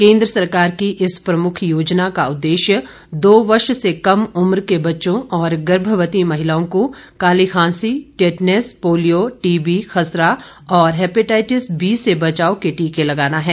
केन्द्र सरकार की इस प्रमुख योजना का उद्देश्य दो वर्ष से कम उम्र के बच्चों और गर्भवती महिलाओं को काली खांसी टिटनेस पोलियो टीबी खसरा और हेपेटाइटिस बी से बचाव के टीके लगाना है